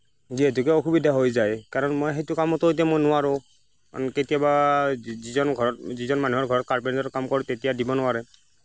যিহেতুকে অসুবিধা হৈ যায় কাৰণ মই সেইটো কামতো এতিয়া মই নোৱাৰোঁ কাৰণ কেতিয়াবা যি যিজন ঘৰত যিজন মানুহৰ ঘৰত কাৰ্পেণ্টাৰৰ কাম কৰোঁ তেতিয়া দিব নোৱাৰে